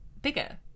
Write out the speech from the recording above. Bigger